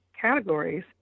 categories